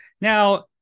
Now